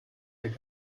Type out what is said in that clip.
der